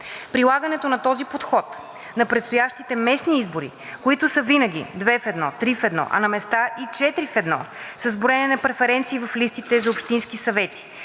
Прилагането на този подход на предстоящите местни избори, които са винаги две в едно, три в едно, а на места и четири в едно, с броене на преференции в листите за общински съвети,